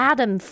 Adam